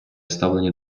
ставлення